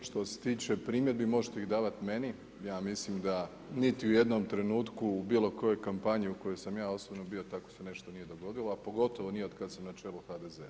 Što se tiče primjedbi možete ih davati meni, ja mislim da niti u jednom trenutku u bilo kojoj kampanji u kojoj sam ja osobno bio, tako se nešto nije dogodilo a pogotovo nije otkada sam na čelu HDZ-a.